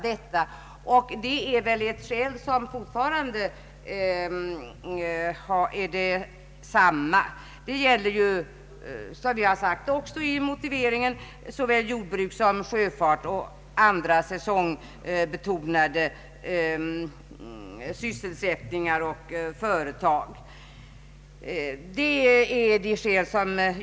Det är väl ett skäl som fortfarande gäller, och som vi sagt i motiveringen i utskottsutlåtandet gäller detta såväl jordbruk som sjöfart och andra säsongbetonade sysselsättningar och företag.